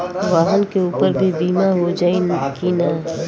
वाहन के ऊपर भी बीमा हो जाई की ना?